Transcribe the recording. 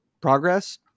progress